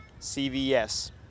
CVS